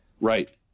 Right